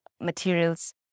materials